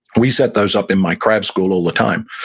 we set those up in my krav school all the time.